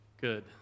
Good